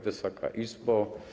Wysoka Izbo!